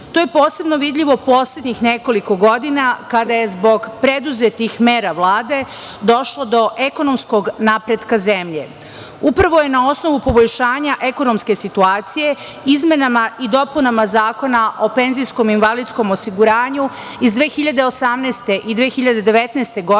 je posebno vidljivo poslednjih nekoliko godina, kada je zbog preduzetih mera Vlade došlo do ekonomskog napretka zemlje. Upravo je na osnovu poboljšanja ekonomske situacije izmenama i dopunama Zakona o penzijskom i invalidskom osiguranju iz 2018. i 2019. godine